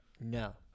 No